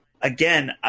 again